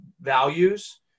values